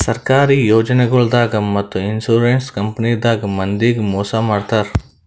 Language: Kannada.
ಸರ್ಕಾರಿ ಯೋಜನಾಗೊಳ್ದಾಗ್ ಮತ್ತ್ ಇನ್ಶೂರೆನ್ಸ್ ಕಂಪನಿದಾಗ್ ಮಂದಿಗ್ ಮೋಸ್ ಮಾಡ್ತರ್